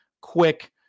quick